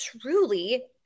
truly